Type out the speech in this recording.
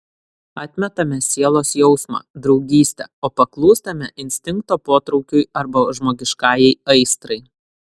atmetame sielos jausmą draugystę o paklūstame instinkto potraukiui arba žmogiškajai aistrai